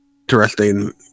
interesting